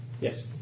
Yes